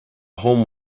home